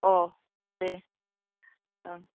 अ दे ओं